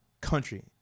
country